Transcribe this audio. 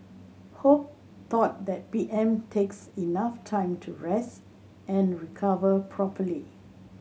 hope though that P M takes enough time to rest and recover properly